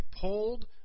pulled